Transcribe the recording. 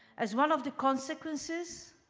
as one of the consequenceconsequences,